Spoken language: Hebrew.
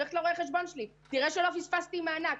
מבקשת מרואה החשבון שיראה שלא פספסתי מענק.